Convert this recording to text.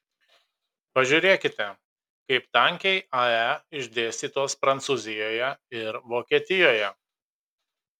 pažiūrėkite kaip tankiai ae išdėstytos prancūzijoje ir vokietijoje